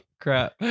crap